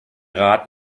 rat